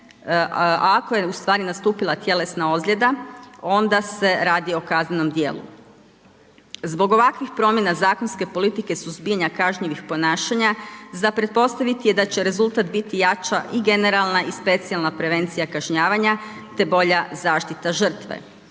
a ako je nastupila tjelesna ozljeda onda se radi o kaznenom djelu. Zbog ovakvih promjena zakonske politike suzbijanja kažnjivih ponašanja za pretpostaviti je da će rezultat biti jača i generalna i specijalna prevencija kažnjavanja te bolja zaštita žrtve.